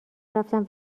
رفتم